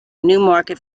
newmarket